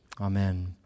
amen